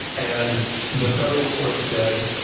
and the federal court said,